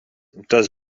does